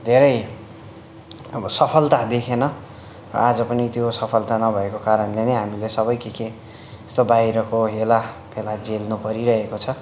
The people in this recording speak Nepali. धेरै अबसफलता देखेन र आज पनि त्यो सफलता नभएको कारणले नै हामीले सबै के के यस्तो बाहिरको हेला फेला झेल्नु परिरहेको छ